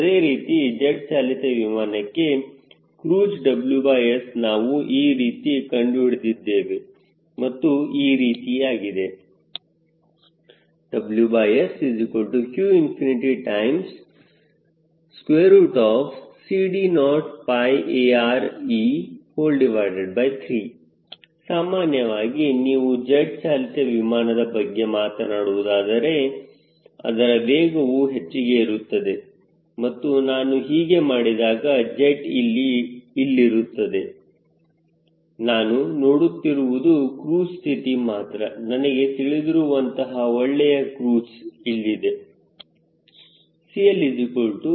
ಅದೇ ರೀತಿ ಜೆಟ್ ಚಾಲಿತ ವಿಮಾನಕ್ಕೆ ಕ್ರೂಜ್ WSನಾವು ಈ ರೀತಿ ಕಂಡುಹಿಡಿದಿದ್ದೇವೆ ಮತ್ತು ಈ ರೀತಿಯಾಗಿದೆ WSqCD0ARe3 ಸಾಮಾನ್ಯವಾಗಿ ನೀವು ಜೆಟ್ ಚಾಲಿತ ವಿಮಾನದ ಬಗ್ಗೆ ಮಾತನಾಡುವುದಾದರೆ ಅದರ ವೇಗವು ಹೆಚ್ಚಿಗೆ ಇರುತ್ತದೆ ಮತ್ತು ನಾನು ಹೀಗೆ ಮಾಡಿದಾಗ ಜೆಟ್ ಇಲ್ಲಿ ಇಲ್ಲಿರುತ್ತದೆ ನಾನು ನೋಡುತ್ತಿರುವುದು ಕ್ರೂಜ್ ಸ್ಥಿತಿ ಮಾತ್ರ ನನಗೆ ತಿಳಿದಿರುವಂತಹಒಳ್ಳೆಯ ಕ್ರೂಜ್ ಇಲ್ಲಿದೆ